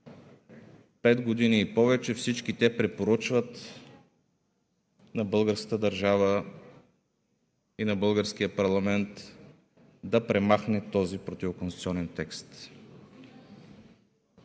пет години и повече всички те препоръчват на българската държава и на българския парламент да премахне този противоконституционен текст.